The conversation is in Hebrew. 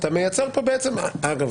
אגב,